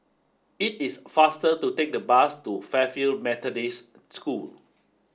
it is faster to take the bus to Fairfield Methodist School